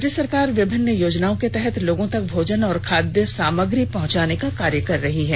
राज्य सरकार विभिन्न योजनाओं के तहत लोगों तक भोजन और खादय सामग्री पहंचाने का कार्य कर रही है